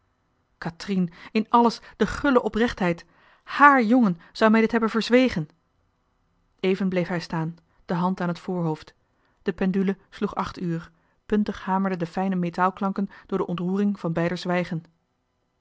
kathrien in alles de gulle oprechtheid hààr jongen zou mij dit hebben verzwegen even bleef hij staan de hand aan het voorhoofd de pendule sloeg acht uur puntig hamerden de fijne metaalklanken door de ontroering van beider zwijgen